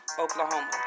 Oklahoma